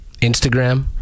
Instagram